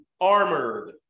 armored